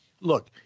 look